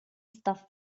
stuff